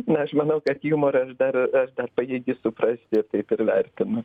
na aš manau kad jumorą aš dar aš dar pajėgi suprasti taip ir vertinu